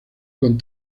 con